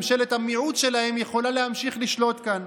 ממשלת המיעוט שלהם יכולה להמשיך לשלוט כאן.